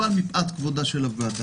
אבל מפאת כבודה של הוועדה,